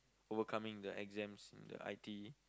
overcoming the exams and the I_T_E